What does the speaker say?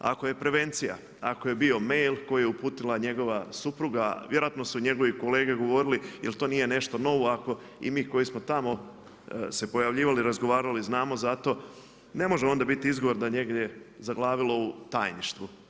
Ako je prevencija, ako je bio mail koji je uputila njegova supruga, vjerojatno su njegovi kolege govorili jel to nije nešto novo ako i mi koji smo tamo se pojavljivali, razgovarali znamo za to, ne može onda biti izgovor da je negdje zaglavilo u tajništvu.